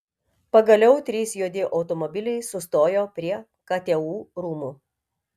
pagaliau trys juodi automobiliai sustojo prie ktu rūmų